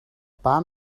paar